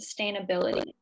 sustainability